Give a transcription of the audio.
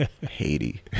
Haiti